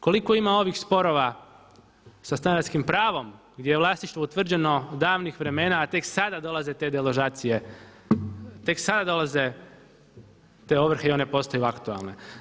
Koliko ima ovih sporova sa stanarskim pravom gdje je vlasništvo utvrđeno davnih vremena a tek sada dolaze te deložacije, tek sada dolaze te ovrhe i one postaju aktualne.